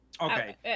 Okay